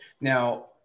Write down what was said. Now